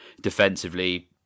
Defensively